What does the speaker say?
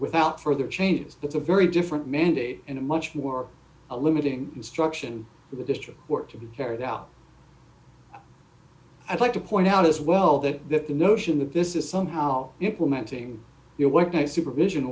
without further changes that's a very different mandate and a much more a limiting instruction for the district court to be carried out i'd like to point out as well that that the notion that this is somehow implementing your work a supervision